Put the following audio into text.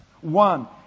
One